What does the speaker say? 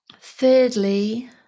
thirdly